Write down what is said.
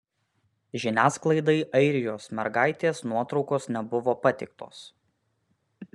žiniasklaidai airijos mergaitės nuotraukos nebuvo pateiktos